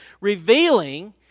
revealing